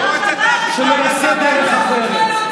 תזמין אותו לסדר פסח.